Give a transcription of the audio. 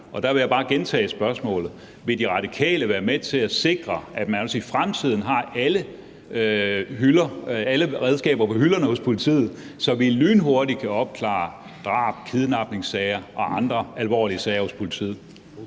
Der vil jeg bare gentage spørgsmålet: Vil De Radikale være med til at sikre, at man også i fremtiden har alle redskaber på hylderne hos politiet, så de lynhurtigt kan opklare drab, kidnapningssager og andre alvorlige sager hos politiet?